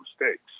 mistakes